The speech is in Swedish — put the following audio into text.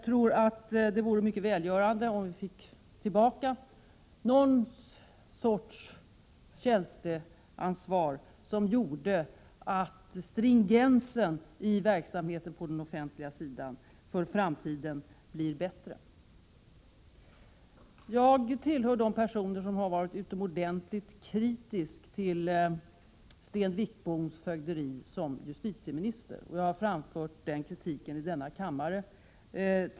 Det vore enligt min mening mycket välgörande om vi åter fick någon sorts tjänsteansvar, vilket skulle kunna medföra en bättre stringens i verksamheten på den offentliga sidan. Jag tillhör de personer som har varit utomordentligt kritiska till Sten Wickboms fögderi som justitieminister och har tidigare framfört denna kritik häri kammaren.